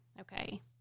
okay